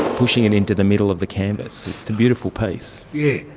pushing it into the middle of the canvas. it's a beautiful piece. yeah